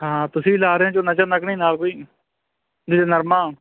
ਹਾਂ ਤੁਸੀਂ ਵੀ ਲਾ ਰਹੇ ਹੋ ਝੋਨਾ ਝਾਨਾ ਕਿ ਨਹੀਂ ਨਾਲ ਕੋਈ ਜੇ ਨਰਮਾ